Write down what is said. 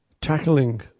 tackling